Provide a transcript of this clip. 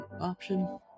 option